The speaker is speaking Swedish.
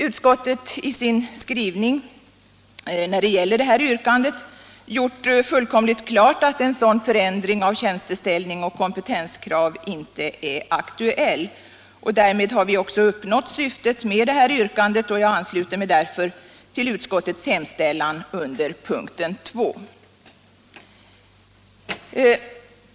Utskottet har i sin skrivning när det gäller vårt yrkande gjort fullkomligt klart att en sådan förändring av tjänsteställning och kompetenskrav inte är aktuell. Därmed har vi också uppnått syftet med vårt yrkande, och jag ansluter mig därför till utskottets hemställan under punkten 2.